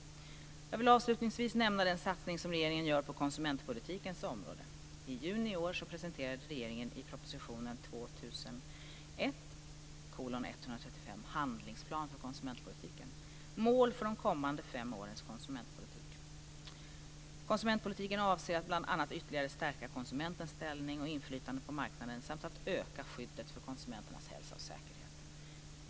Jag vill avslutningsvis nämna den satsning som regeringen gör på konsumentpolitikens område. I juni i år presenterade regeringen i propositionen Konsumentpolitiken avser att bl.a. ytterligare stärka konsumentens ställning och inflytande på marknaden, samt att öka skyddet för konsumenternas hälsa och säkerhet.